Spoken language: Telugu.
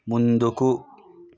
ముందుకు